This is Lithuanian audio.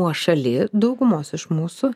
nuošali daugumos iš mūsų